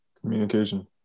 Communication